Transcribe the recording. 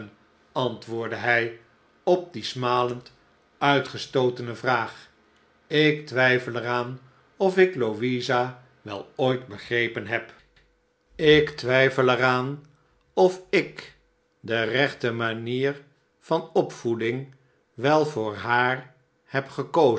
antwoordde hij op die smalend uitgestootene vraag ik twijfel er aan of ik louisa wel ooit begrepen heb sleohtb tijden ik twijfel er aan of ik de rechte manier van opvoeding wel voor haar heb gekozen